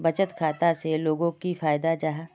बचत खाता से लोगोक की फायदा जाहा?